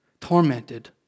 tormented